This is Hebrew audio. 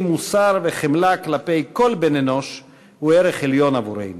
מוסר וחמלה כלפי כל בן-אנוש הם ערך עליון עבורם.